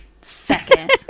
second